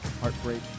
heartbreak